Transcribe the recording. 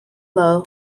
low